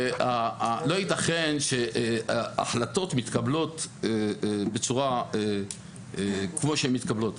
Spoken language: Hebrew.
לא יתכן שהחלטות מתקבלות כמו שהן מתקבלות.